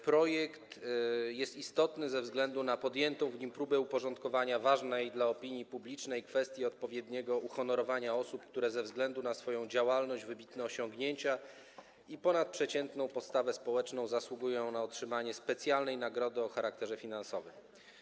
Projekt jest istotny ze względu na podjętą w nim próbę uporządkowania ważnej dla opinii publicznej kwestii odpowiedniego uhonorowania osób, które ze względu na swoją działalność, wybitne osiągnięcia i ponadprzeciętną postawę społeczną zasługują na otrzymanie specjalnej nagrody o charakterze finansowym.